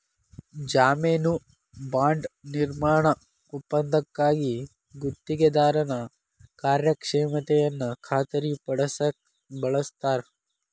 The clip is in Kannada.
ಜಾಮೇನು ಬಾಂಡ್ ನಿರ್ಮಾಣ ಒಪ್ಪಂದಕ್ಕಾಗಿ ಗುತ್ತಿಗೆದಾರನ ಕಾರ್ಯಕ್ಷಮತೆಯನ್ನ ಖಾತರಿಪಡಸಕ ಬಳಸ್ತಾರ